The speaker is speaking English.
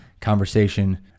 conversation